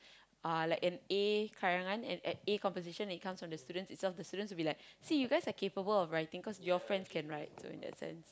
uh like an A karangan an A composition and it comes from the students itself the students will be like see you guys are capable of writing cause your friends can write so in that sense